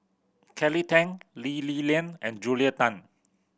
Kelly Tang Lee Li Lian and Julia Tan